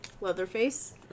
Leatherface